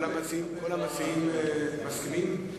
כל המציעים מסכימים?